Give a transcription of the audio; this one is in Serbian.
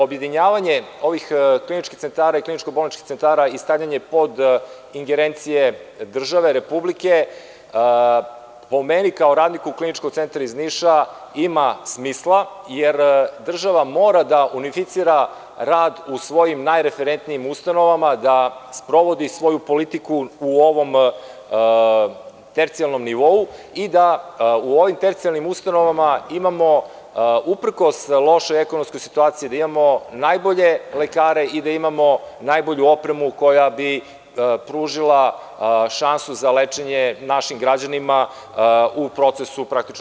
Objedinjavanje ovih kliničkih centara i kliničko-bolničkih centara i stavljanje pod ingerenciju države, republike, po meni, kao radniku Kliničkog centra iz Niša, ima smisla, jer država mora da unificira rad u svojim najreferentnijim ustanovama, da sprovodi svoju politiku u ovom tercijalnom nivou i da u ovim tercijalnim ustanovama imamo, uprkos lošoj ekonomskoj situaciji, najbolje lekare i da imamo najbolju opremu koja bi pružila šansu za lečenje naših građana u procesu lečenja.